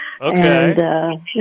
Okay